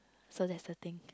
so that's the thing